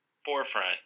Forefront